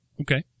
Okay